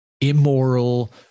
immoral